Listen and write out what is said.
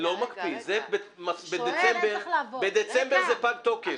בדצמבר זה פג תוקף.